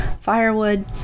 firewood